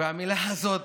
והמילה הזאת